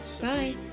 Bye